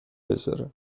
بزاره